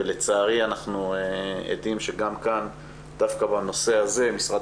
ולצערי אנחנו עדים שגם כאן דווקא בנושא הזה משרד